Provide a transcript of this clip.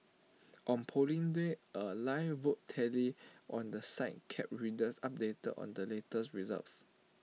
on Polling Day A live vote tally on the site kept readers updated on the latest results